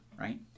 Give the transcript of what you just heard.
right